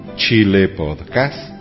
chilepodcast